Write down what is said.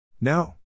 No